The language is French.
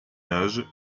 âge